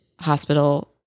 hospital